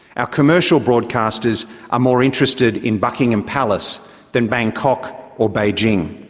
our commercial broadcasters are more interested in buckingham palace than bangkok or beijing.